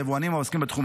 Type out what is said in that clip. היבואנים והעוסקים בתחום.